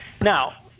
Now